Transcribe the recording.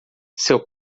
seu